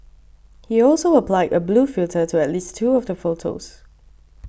he also applied a blue filter to at least two of the photos